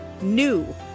NEW